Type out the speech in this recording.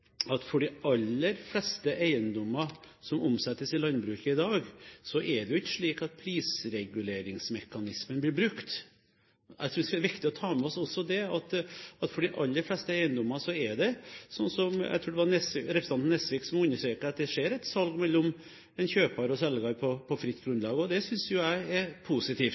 at for de aller fleste eiendommer som omsettes i landbruket i dag, blir ikke prisreguleringsmekanismen brukt. Jeg tror det er viktig å ta med seg at for de aller fleste eiendommer skjer det – jeg tror det var representanten Nesvik som understreket det – et salg mellom en kjøper og en selger på fritt grunnlag. Og det synes jo jeg er absolutt positivt.